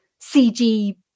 CG